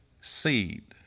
seed